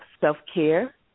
self-care